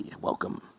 welcome